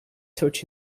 torch